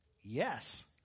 Yes